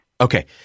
Okay